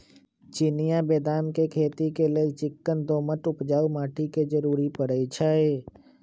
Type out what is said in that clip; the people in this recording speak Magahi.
चिनियाँ बेदाम के खेती लेल चिक्कन दोमट उपजाऊ माटी के जरूरी पड़इ छइ